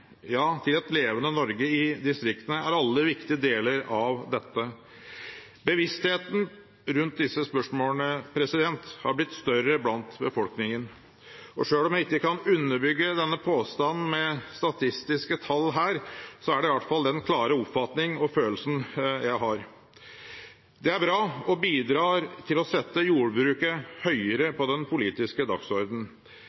ja, til et levende Norge i distriktene – er en viktig del av dette. Bevisstheten rundt disse spørsmålene har blitt større i befolkningen – og selv om jeg ikke kan underbygge denne påstanden med statistiske tall her, er det i hvert fall den klare oppfatningen og følelsen jeg har. Det er bra, og det bidrar til å sette jordbruket høyere